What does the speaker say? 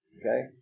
Okay